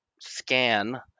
scan